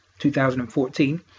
2014